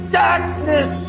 darkness